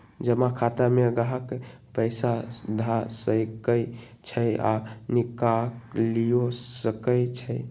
जमा खता में गाहक पइसा ध सकइ छइ आऽ निकालियो सकइ छै